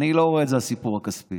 אני לא רואה את זה כסיפור כספי.